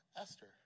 Esther